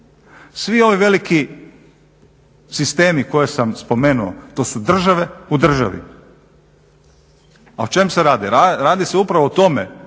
Svi ovi veliki sistemi koje sam spomenuo to su države u državi a o čem se radi? radi se upravo o tome